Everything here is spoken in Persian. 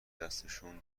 دستشون